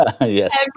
Yes